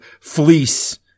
fleece